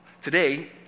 Today